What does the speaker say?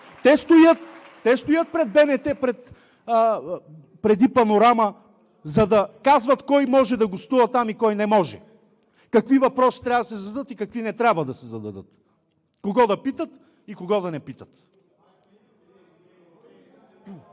те стоят пред БНТ преди „Панорама“, за да казват кой може да гостува там и кой не може, какви въпроси трябва да се зададат и какви не трябва, кого да питат и кого да не питат.